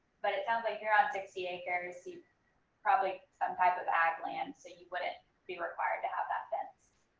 but it sounds like you're on sixty acres see probably some type of ag land so you wouldn't be required to have that fence.